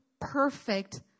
perfect